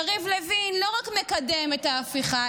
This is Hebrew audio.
יריב לוין לא רק מקדם את ההפיכה,